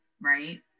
right